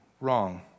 wrong